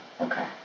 Okay